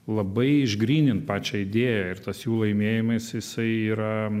labai išgrynint pačią idėją ir tas jų laimėjimais jisai yra